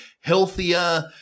healthier